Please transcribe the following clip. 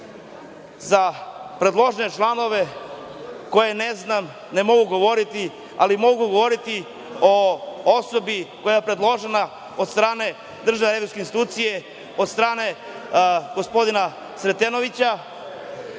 za predložene članove koje ne znam, ne mogu govoriti, ali mogu govoriti o osobi koja je predložena od strane DRI, od strane gospodina Sretenovića.